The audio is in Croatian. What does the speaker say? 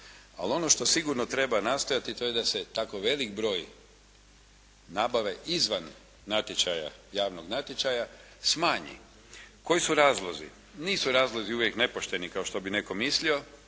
Ali ono što sigurno treba nastojati to je da se tako veliki broj nabave izvan javnog natječaja smanji. Koji su razlozi? Nisu razlozi uvijek nepošteni kao što bi netko mislio.